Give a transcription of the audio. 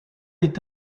est